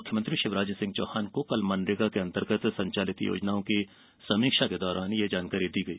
मुख्यमंत्री शिवराज सिंह चौहान को कल मनरेगा के अंतर्गत संचालित योजनाओं की समीक्षा के दौरान ये जानकारी दी गई